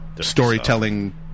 storytelling